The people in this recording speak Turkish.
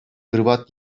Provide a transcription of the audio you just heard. hırvat